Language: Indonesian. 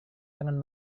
jangan